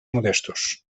modestos